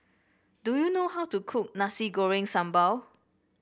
do you know how to cook Nasi Goreng Sambal